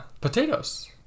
Potatoes